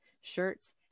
shirts